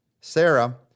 Sarah